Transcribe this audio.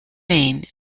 maine